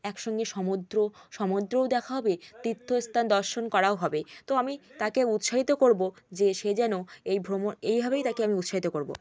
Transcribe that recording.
একসঙ্গে সমুদ্র সমুদ্রও দেখা হবে তীর্থস্থান দর্শন করাও হবে তো আমি উৎসাহিত করব যে সে যেন এই ভ্রমণ এইভাবেই তাকে আমি উৎসাহিত করব